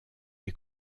est